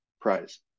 prize